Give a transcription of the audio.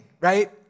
right